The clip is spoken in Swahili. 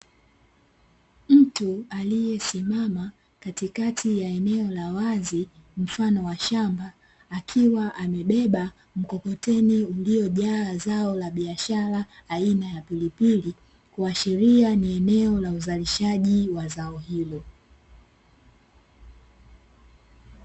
Mtu aliyesimama katikati ya eneo la wazi mfano wa shamba, akiwa amebeba mkokoteni uliojaa zao la biashara aina ya pilipili, kuashiria ni eneo la uzalishaji wa zao hilo.